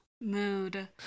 Mood